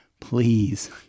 please